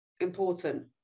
important